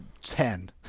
Ten